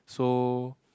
so